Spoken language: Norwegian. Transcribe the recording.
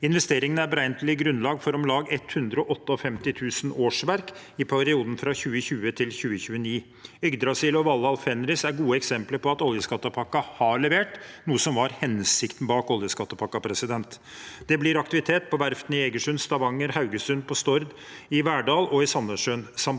Investeringene er beregnet til å gi grunnlag for om lag 158 000 årsverk i perioden fra 2020–2029. Yggdrasil og Valhall/ Fenris er gode eksempler på at oljeskattepakken har levert, noe som var hensikten bak den. Det blir aktivitet på verftene i Egersund, i Stavanger, i Haugesund, på Stord, i Verdal og i Sandnessjøen, samt